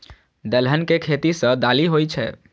दलहन के खेती सं दालि होइ छै